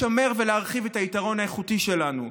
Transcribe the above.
לשמר ולהרחיב את היתרון האיכותי שלנו,